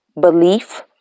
belief